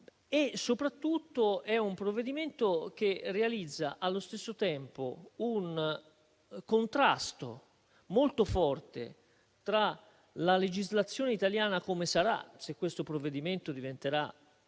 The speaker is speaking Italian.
Soprattutto, è un provvedimento che realizza allo stesso tempo un contrasto molto forte tra la legislazione italiana come sarà, se questo provvedimento diventerà